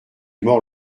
mords